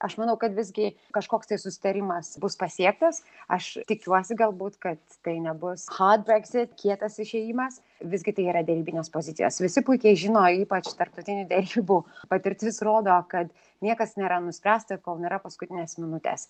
aš manau kad visgi kažkoks tai susitarimas bus pasiektas aš tikiuosi galbūt kad tai nebus hard brexit kietas išėjimas visgi tai yra derybinės pozicijos visi puikiai žino ypač tarptautinių derybų patirtis rodo kad niekas nėra nuspręsta kol nėra paskutinės minutės